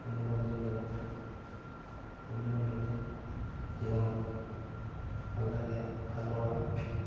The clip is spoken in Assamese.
বন্ধু বান্ধৱীৰ লগত বন্ধু বান্ধৱী জীৱনত ভাল লাগীয়া ভাললগা